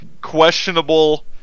questionable